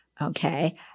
okay